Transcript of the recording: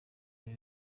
ibi